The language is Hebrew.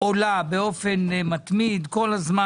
עולה באופן מתמיד, כל הזמן.